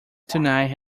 tonight